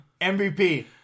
MVP